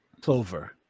Clover